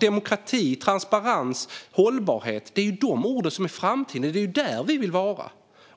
Demokrati, transparens och hållbarhet - de orden är framtiden. Det är där vi vill vara.